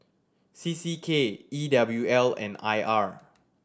C C K E W L and I R